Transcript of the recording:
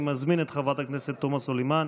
אני מזמין את חברת הכנסת תומא סלימאן